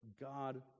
God